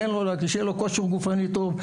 שיהיה לו כושר גופני טוב,